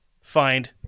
find